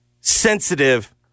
sensitive